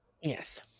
Yes